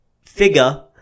figure